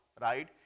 Right